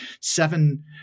seven